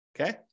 Okay